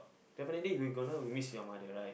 definitely we gonna miss your mother right